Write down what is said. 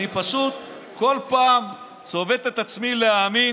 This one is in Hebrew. אני פשוט כל פעם צובט את עצמי להאמין